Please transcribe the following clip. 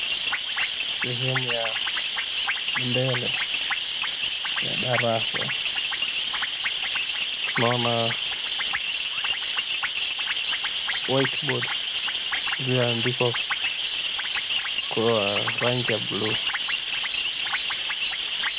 Sehemu ya mbele ya darasa tunaona white board iliyoandikwa kwa rangi ya blue .